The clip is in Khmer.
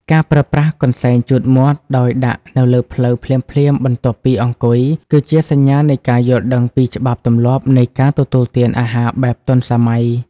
ការប្រើប្រាស់កន្សែងជូតមាត់ដោយដាក់នៅលើភ្លៅភ្លាមៗបន្ទាប់ពីអង្គុយ គឺជាសញ្ញានៃការយល់ដឹងពីច្បាប់ទម្លាប់នៃការទទួលទានអាហារបែបទាន់សម័យ។